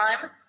time